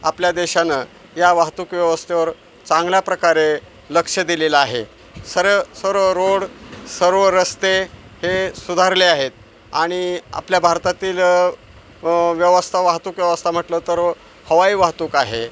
आपल्या देशानं या वाहतूक व्यवस्थेवर चांगल्या प्रकारे लक्ष दिलेलं आहे सर् सर्व रोड सर्व रस्ते हे सुधारले आहेत आणि आपल्या भारतातील व्यवस्था वाहतूक व्यवस्था म्हटलं तर हवाई वाहतूक आहे